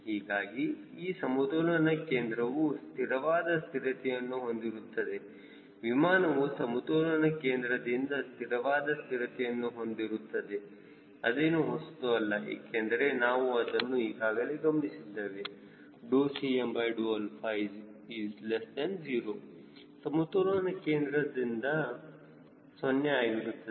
ಹೀಗಾಗಿ ಈ ಸಮತೋಲನ ಕೇಂದ್ರವು ಸ್ಥಿರವಾದ ಸ್ಥಿರತೆಯನ್ನು ಹೊಂದಿರುತ್ತದೆ ವಿಮಾನವು ಸಮತೋಲನ ಕೇಂದ್ರದಿಂದ ಸ್ಥಿರವಾದ ಸ್ಥಿರತೆಯನ್ನು ಹೊಂದಿರುತ್ತದೆ ಅದೇನು ಹೊಸತು ಅಲ್ಲ ಏಕೆಂದರೆ ನಾವು ಅದನ್ನು ಈಗಾಗಲೇ ಗಮನಿಸಿದ್ದೇವೆ Cm0 ಸಮತೋಲನ ಕೇಂದ್ರದಲ್ಲಿ 0 ಆಗಿರುತ್ತದೆ